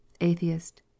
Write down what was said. Atheist